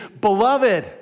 Beloved